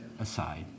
aside